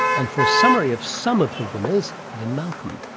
and for a summary of some of the winners, lynne malcolm.